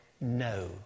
no